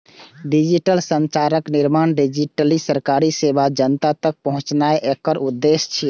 digital संरचनाक निर्माण, digitally सरकारी सेवा जनता तक पहुंचेनाय एकर उद्देश्य छियै